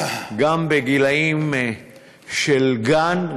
גם בגילים של גן,